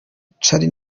charly